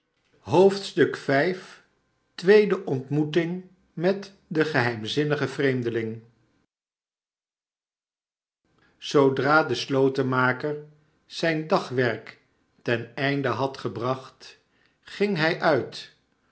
ontmoeting met den geheimzinnigen vreemdeling zoodra de slotenmaker zijn dagwerk ten einde had gebracht ginghij uit